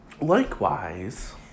Likewise